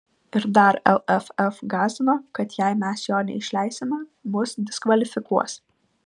ir dar lff gąsdino kad jei mes jo neišleisime mus diskvalifikuos